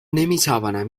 نمیتوانم